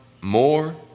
more